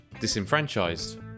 disenfranchised